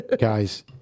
guys